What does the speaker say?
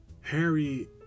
Harry